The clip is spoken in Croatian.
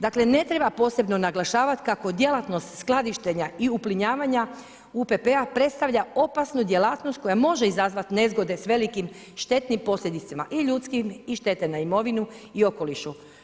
Dakle ne treba posebno naglašavat kako djelatnost skladištenja i uplinjavanja UPP-a predstavlja opasnu djelatnost koja može izazvat nezgode s velikim štetnim posljedicama, i ljudskim, i štete na imovinu i okolišu.